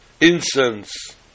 incense